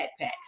Backpack